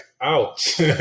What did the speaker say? ouch